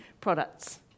products